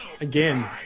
Again